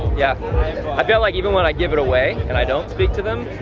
yeah i feel like even when i give it away and i don't speak to them,